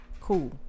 Cool